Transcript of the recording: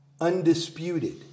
Undisputed